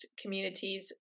communities